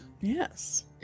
Yes